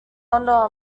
honor